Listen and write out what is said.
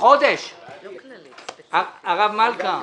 הרב מלכא.